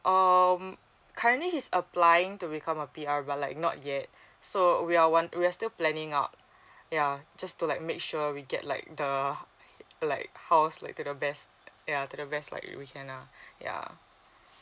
oh currently he's applying to become a pr uh but like not yet so uh we are want we're still planning out yeah just to like make sure we get like the uh like house like to the best yeah to the best like we can uh yeah